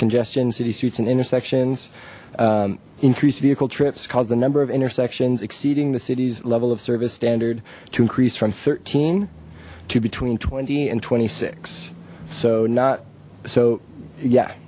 congestion city streets and intersections increased vehicle trips caused the number of intersections exceeding the city's level of service standard to increase from thirteen to between twenty and twenty six so not so yeah